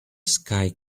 sky